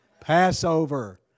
Passover